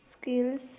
skills